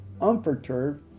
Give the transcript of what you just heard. unperturbed